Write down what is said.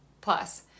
Plus